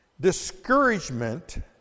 Discouragement